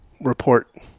report